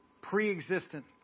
pre-existent